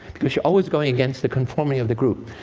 because you're always going against the conformity of the group.